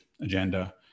agenda